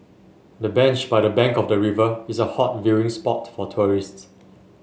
the bench by the bank of the river is a hot viewing spot for tourists